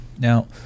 Now